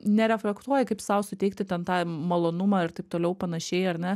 nereflektuoji kaip sau suteikti ten tą malonumą ir taip toliau panašiai ar ne